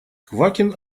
квакин